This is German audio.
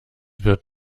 wird